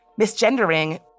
misgendering